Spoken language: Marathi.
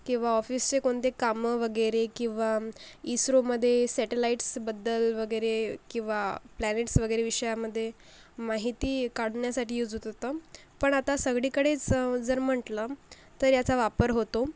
किंवा ऑफिसचे कोणते कामं वगैरे किंवा इस्रोमध्ये सॅटेलाईटसबद्दल वगैरे किंवा प्लॅनेट्स वगैरे विषयामध्ये माहिती काढण्यासाठी यूज होत होतं पण आता सगळीकडेच जर म्हटलं तर याचा वापर होतो